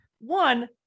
one